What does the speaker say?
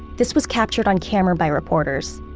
this was captured on camera by reporters.